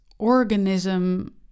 ...organism